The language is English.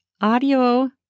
audio